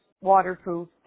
waterproof